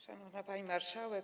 Szanowna Pani Marszałek!